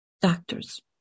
doctors